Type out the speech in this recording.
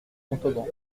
montauban